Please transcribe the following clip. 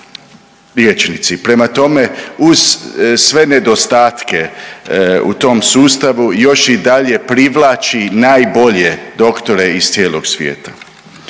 liječnici. Prema tome, uz sve nedostatke u tom sustavu još i dalje privlači najbolje doktore iz cijelog svijeta.